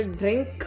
drink